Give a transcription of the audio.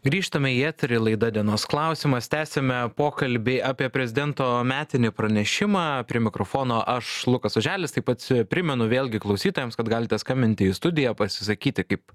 grįžtame į eterį laida dienos klausimas tęsiame pokalbį apie prezidento metinį pranešimą prie mikrofono aš lukas oželis taip pat primenu vėlgi klausytojams kad galite skambinti į studiją pasisakyti kaip